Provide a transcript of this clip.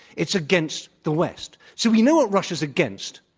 it's against the west. so we know what russia's against,